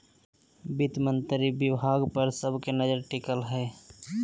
वित्त मंत्री विभाग पर सब के नजर टिकल हइ